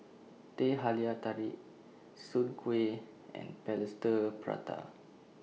Teh Halia Tarik Soon Kueh and Plaster Prata